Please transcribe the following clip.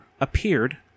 appeared